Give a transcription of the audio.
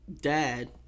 dad